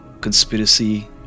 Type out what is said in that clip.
conspiracy